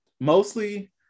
mostly